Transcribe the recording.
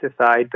decide